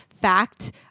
fact